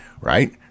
right